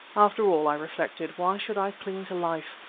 after all, i reflected, why should i cling to life?